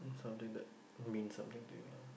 something that mean something to you lah